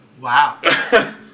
Wow